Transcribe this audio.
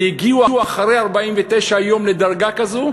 והגיעו אחרי 49 יום לדרגה כזו,